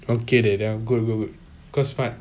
okay then good good good